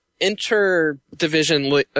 Inter-division